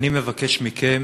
אני מבקש מכם